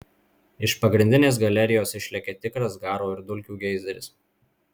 iš pagrindinės galerijos išlekia tikras garo ir dulkių geizeris